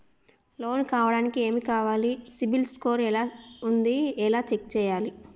Loan కావడానికి ఏమి కావాలి సిబిల్ స్కోర్ ఎలా ఉంది ఎలా చెక్ చేయాలి?